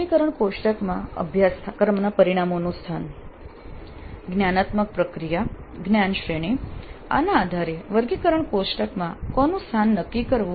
વર્ગીકરણ કોષ્ટકમાં અભ્યાસક્રમના પરિણામોનું સ્થાન જ્ઞાનાત્મક પ્રક્રિયા જ્ઞાન શ્રેણી આના આધારે વર્ગીકરણ કોષ્ટકમાં કોનું સ્થાન નક્કી કરવું